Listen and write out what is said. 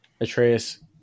Atreus